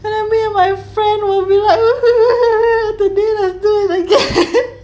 and then me and my friend will be like today let's do it again